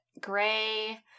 gray